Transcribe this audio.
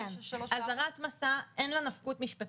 אזהרת מסע, אין לה נפקות משפטית.